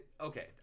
Okay